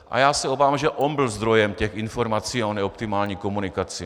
A já se obávám, že on byl zdrojem těch informací o neoptimální komunikaci.